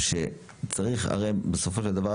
הרי בסופו של דבר,